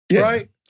right